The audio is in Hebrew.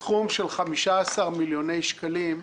סכום של 15 מיליוני שקלים,